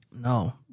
No